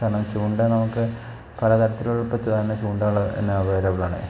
കാരണം ചൂണ്ട നമുക്ക് പലതരത്തിലുള്ള ചൂണ്ടകൾ എന്നാൽ അവൈലബ്ൾ ആണ്